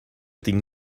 tinc